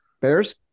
Bears